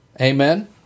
Amen